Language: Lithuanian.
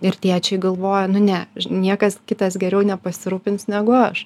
ir tėčiai galvoja nu ne niekas kitas geriau nepasirūpins negu aš